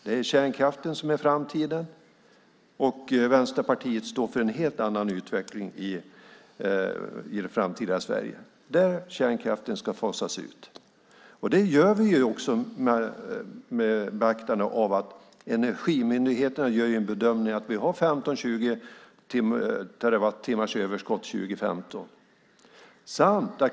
Det är kärnkraften som är framtiden. Vänsterpartiet står för en helt annan utveckling i det framtida Sverige, där kärnkraften ska fasas ut. Det gör vi också med beaktande av att Energimyndigheten gör en bedömning av att vi har 15-20 terawattimmars överskott 2015.